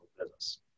business